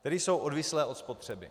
Tedy jsou odvislé od spotřeby.